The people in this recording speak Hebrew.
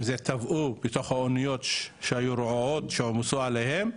אם זה טבעו בתוך האוניות שהיו רועות שעומסו עליהן,